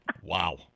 Wow